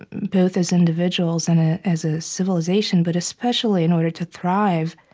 both as individuals and ah as a civilization, but especially in order to thrive,